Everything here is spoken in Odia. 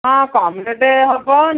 ହଁ କମ୍ ରେଟ୍ ହବ